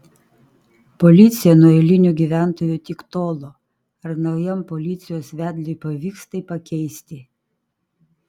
policija nuo eilinių gyventojų tik tolo ar naujam policijos vedliui pavyks tai pakeisti